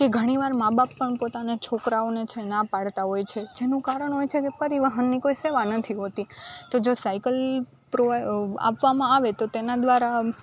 કે ઘણી વાર મા બાપ પણ પોતાના છોકરાઓને છે ને ના પાડતા હોય એનું કારણ હોય છે પરિવહનની કોઈ સેવા નથી હોતી જો સાયકલ પ્રો આપવામાં આવે તો તેના દ્વારા